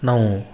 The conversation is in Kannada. ನಾವು